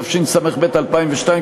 התשס"ב 2002,